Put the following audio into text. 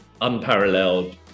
unparalleled